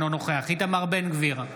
אינו נוכח איתמר בן גביר,